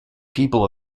people